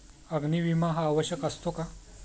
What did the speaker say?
अग्नी विमा हा आवश्यक असतो का?